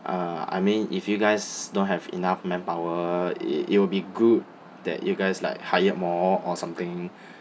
uh I mean if you guys don't have enough manpower it it will be good that you guys like hired more or something